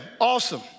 awesome